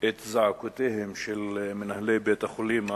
את זעקותיהם של מנהלי בתי-החולים,